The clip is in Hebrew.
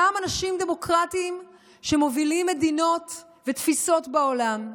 גם אנשים דמוקרטים שמובילים מדינות ותפיסות בעולם,